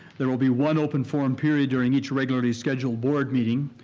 there will be one open forum period during each regularly scheduled board meeting.